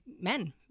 men